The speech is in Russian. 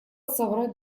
соврать